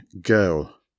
girl